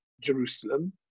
Jerusalem